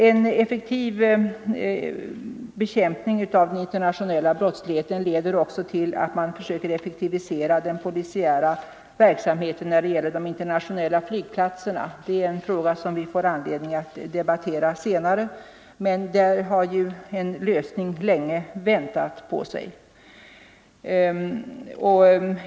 En effektiv bekämpning av den internationella brottsligheten leder också till att man måste försöka effektivisera den polisiära verksamheten när det gäller internationella flygplatser. Det är en fråga som vi får anledning att debattera senare, men där har ju en lösning länge låtit vänta på sig.